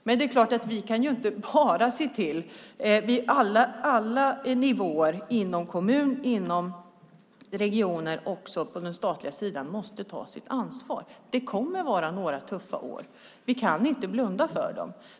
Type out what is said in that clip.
Men det är klart att vi inte bara kan se till det. Kommuner, regioner och staten måste ta sitt ansvar på alla nivåer. Det kommer att vara några tuffa år. Vi kan inte blunda för dem.